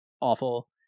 awful